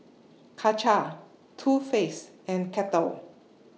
Karcher Too Faced and Kettle